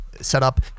setup